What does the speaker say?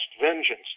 vengeance